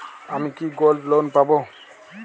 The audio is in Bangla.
আমি কি গোল্ড লোন পাবো?